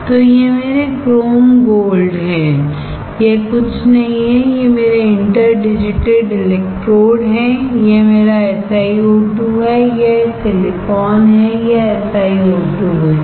तो ये मेरे क्रोम गोल्ड हैंयह कुछ नहीं है ये मेरे इंटर डिजिटेड इलेक्ट्रोड हैं यह मेरा SiO2 है यह सिलिकॉन है यह SiO2 है